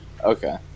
okay